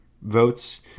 votes